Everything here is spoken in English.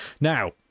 Now